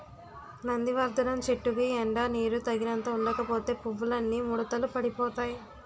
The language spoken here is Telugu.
నందివర్థనం చెట్టుకి ఎండా నీరూ తగినంత ఉండకపోతే పువ్వులన్నీ ముడతలు పడిపోతాయ్